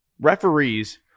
referees